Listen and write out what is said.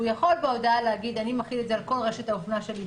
הוא יכול בהודעה להגיד: אני מחיל את זה על רשת האופנה שלי בארץ.